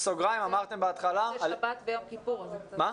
אני גם